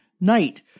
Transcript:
night